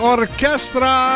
Orchestra